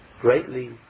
greatly